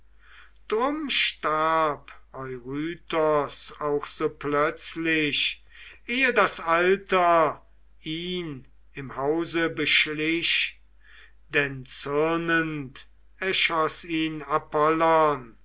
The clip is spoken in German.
drum starb eurytos auch so plötzlich ehe das alter ihn im hause beschlich denn zürnend erschoß ihn